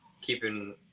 keeping